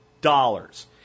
dollars